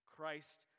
Christ